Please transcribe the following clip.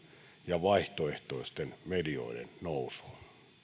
ja vaihtoehtoisten medioiden nousussa